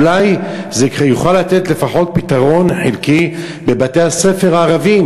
אולי זה יוכל לתת לפחות פתרון חלקי בבתי-הספר הערביים,